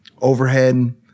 overhead